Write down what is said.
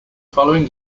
following